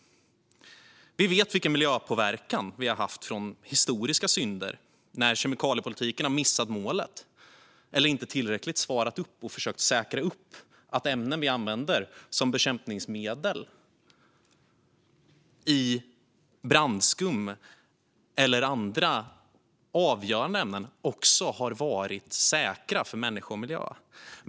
Vi vet vilken miljöpåverkan vi har från historiska synder när kemikaliepolitiken har missat målet eller inte tillräckligt försökt säkra att ämnen vi använder som bekämpningsmedel i brandskum eller andra avgörande produkter också har varit säkra för människa och miljö.